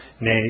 nay